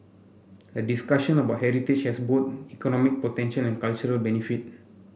a discussion about heritage has both economic potential and cultural benefit